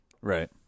Right